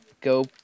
go